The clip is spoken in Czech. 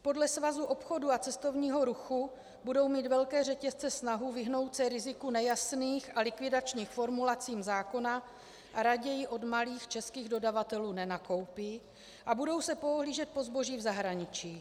Podle Svazu obchodu a cestovního ruchu budou mít velké řetězce snahu vyhnout se riziku nejasných a likvidačních formulací zákona a raději od malých českých dodavatelů nenakoupí a budou se poohlížet po zboží v zahraničí.